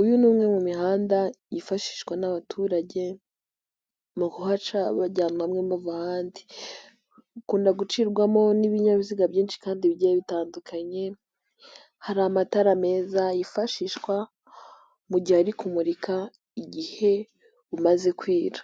Uyu ni umwe mu mihanda yifashishwa n'abaturage mu kuhaca bajya ahantu hamwe bava ahandi, ukunda gucibwamo n'ibinyabiziga byinshi kandi bigiye bitandukanye, hari amatara meza yifashishwa mu gihe ari kumurika igihe bumaze kwira,